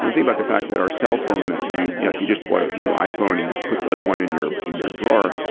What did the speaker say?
don't think about the fact that our cell phone that you. you know if you just bought a new iphone and you put the other one in your in your drawer,